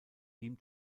ihm